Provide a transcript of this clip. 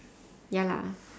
ya lah